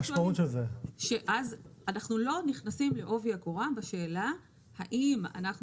ושאז אנחנו לא נכנסים לעובי הקורה בשאלה האם אנחנו